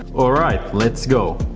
alright, let's go!